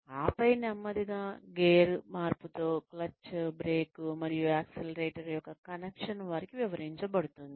ఆపై నెమ్మదిగా గేర్ మార్పుతో క్లచ్ బ్రేక్ మరియు యాక్సిలరేటర్ యొక్క కనెక్షన్ వారికి వివరించబడుతుంది